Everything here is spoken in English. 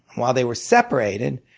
while they were separated,